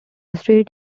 street